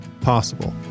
possible